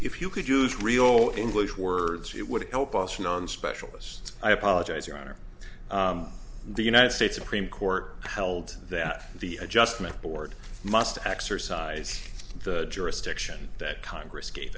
if you could use real english words it would help us non specialists i apologize your honor the united states supreme court held that the adjustment board must exercise the jurisdiction that congress ga